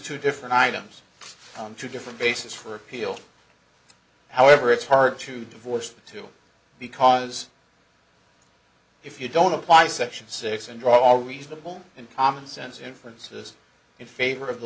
two different items on two different bases for appeal however it's hard to divorce two because if you don't apply section six and draw all reasonable and commonsense inferences in favor of the